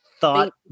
thought